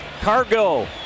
Cargo